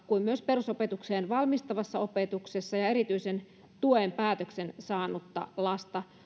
kuin myös perusopetukseen valmistavassa opetuksessa olevaa ja erityisen tuen päätöksen saanutta lasta